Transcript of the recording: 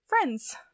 friends